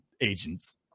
agents